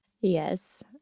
yes